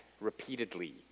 repeatedly